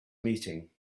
meeting